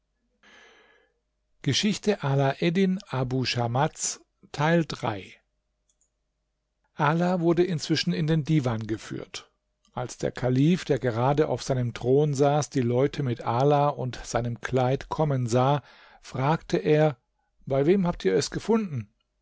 ala wurde inzwischen in den divan geführt als der kalif der gerade auf seinem thron saß die leute mit ala und seinem kleid kommen sah fragte er bei wem habt ihr es gefunden